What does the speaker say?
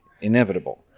inevitable